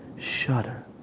shudder